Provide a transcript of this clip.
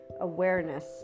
awareness